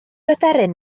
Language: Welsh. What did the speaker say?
aderyn